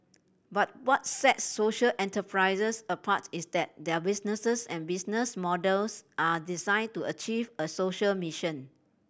but what sets social enterprises apart is that their businesses and business models are designed to achieve a social mission